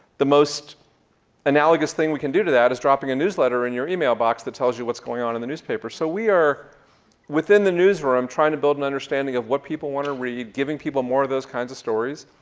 the most analogous thing we can do to that is dropping a newsletter in your email box that tells you what's going on in the newspaper. so we are within the newsroom trying to build and understanding of what people wanna read, giving people more of those kinds of stories.